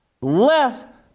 left